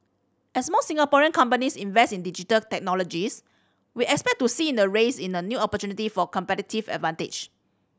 as more Singapore companies invest in Digital Technologies we expect to see in a rise in a new opportunity for competitive advantage